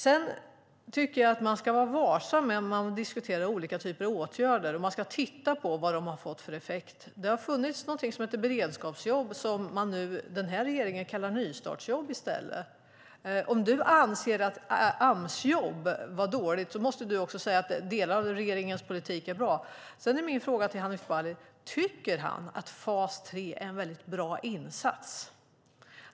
Jag tycker att man ska vara varsam när man diskuterar olika typer av åtgärder, och man ska titta på vilken effekt de har fått. Det fanns någonting som hette beredskapsjobb, som den här regeringen kallar nystartsjobb i stället. Om du anser att Amsjobb var dåliga måste du också säga att delar av regeringens politik är bra. Min fråga till Hanif Bali är om han tycker att fas 3 är en väldigt bra insats.